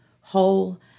whole